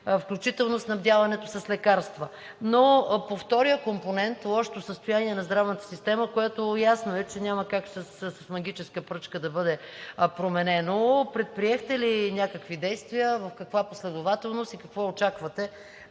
включително снабдяването с лекарства. Но по втория компонент – лошото състояние на здравната система, което ясно е, че няма как с магическа пръчка да бъде променено, предприехте ли някакви действия, в каква последователност и какво очаквате